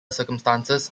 circumstances